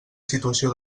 situació